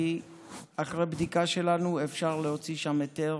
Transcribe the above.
אחרי בדיקה שלנו אפשר להוציא שם היתר